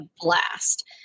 blast